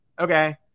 okay